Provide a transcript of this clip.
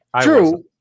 True